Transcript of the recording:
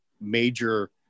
major